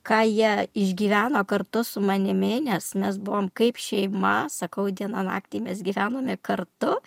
ką jie išgyveno kartu su manimi nes mes buvom kaip šeima sakau dieną naktį mes gyvenome kartu